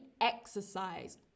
exercise